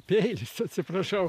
peilis atsiprašau